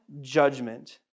judgment